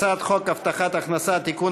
הצעת חוק הבטחת הכנסה (תיקון,